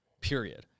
period